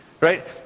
Right